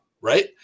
right